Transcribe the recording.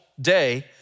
day